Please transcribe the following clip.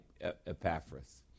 Epaphras